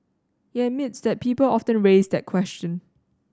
he admits that people often raise that question